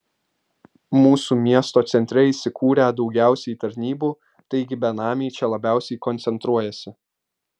mūsų miesto centre įsikūrę daugiausiai tarnybų taigi benamiai čia labiausiai koncentruojasi